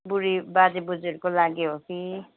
बुढी बाजे बज्युहरूको लागि हो कि